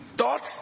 Thoughts